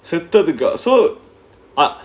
settle the girl so